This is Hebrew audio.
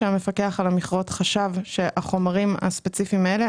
המפקח על המכרות חשב שהחומרים הספציפיים האלה,